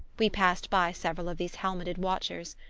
we passed by several of these helmeted watchers,